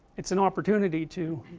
it's an opportunity to